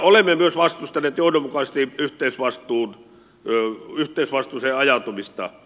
olemme myös vastustaneet johdonmukaisesti yhteisvastuuseen ajautumista